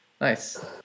Nice